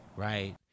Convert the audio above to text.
Right